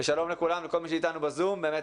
ושלום לכולם, לכל מי שאיתנו בזום, באמת